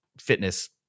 fitness